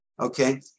Okay